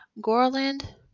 Gorland